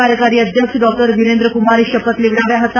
કાર્યકારી અધ્યક્ષ ડોકટર વિરેન્દ્રકુમારે શપથ લેવડાવ્યા હતા